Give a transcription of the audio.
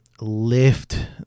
lift